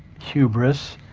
hubris,